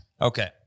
Okay